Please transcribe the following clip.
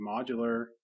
modular